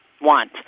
want